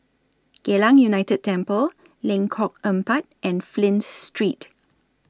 Geylang United Temple Lengkok Empat and Flint Street